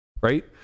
right